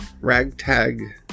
ragtag